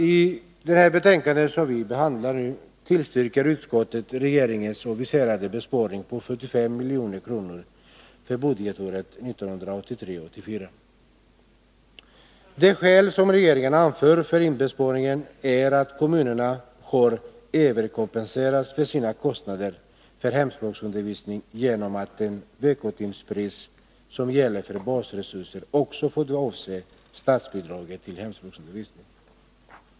I det betänkande som vi behandlar nu tillstyrker utskottet regeringens aviserade besparing på 45 milj.kr. för budgetåret 1983/84. De skäl som regeringen anför för inbesparingen är att kommunerna har överkompenserats för sina kostnader för hemspråksundervisning genom att de veckotimspris som gäller för basresurser också fått avse statsbidraget till hemspråksundervisning.